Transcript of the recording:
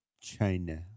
China